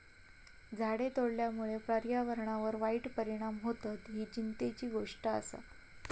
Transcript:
झाडे तोडल्यामुळे पर्यावरणावर वाईट परिणाम होतत, ही चिंतेची गोष्ट आसा